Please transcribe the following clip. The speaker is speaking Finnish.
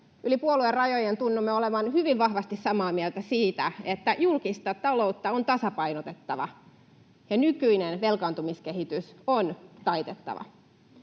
Yli puoluerajojen tunnumme olevan hyvin vahvasti samaa mieltä siitä, että julkista taloutta on tasapainotettava ja nykyinen velkaantumiskehitys on taitettava.